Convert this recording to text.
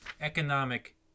economic